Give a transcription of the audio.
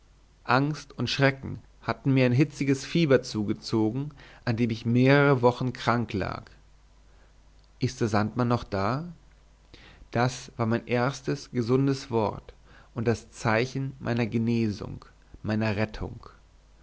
angst und schrecken hatten mir ein hitziges fieber zugezogen an dem ich mehrere wochen krank lag ist der sandmann noch da das war mein erstes gesundes wort und das zeichen meiner genesung meiner rettung